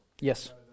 Yes